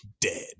dead